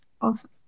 awesome